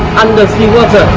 under sea water,